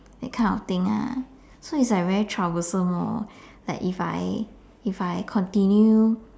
that kind of thing lah so is like very troublesome lor like if I if I continue